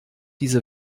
diese